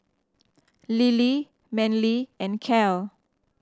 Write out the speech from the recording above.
Lilie Manly and Cal